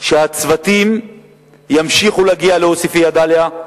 שהצוותים ימשיכו להגיע לעוספיא-דאליה,